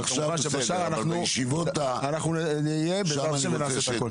אבל כמובן שבשאר אנחנו נהיה ונעשה את הכול.